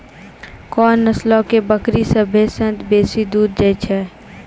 कोन नस्लो के बकरी सभ्भे से बेसी दूध दै छै?